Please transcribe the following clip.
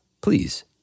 please